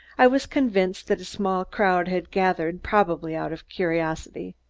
i was convinced that a small crowd had gathered, probably out of curiosity.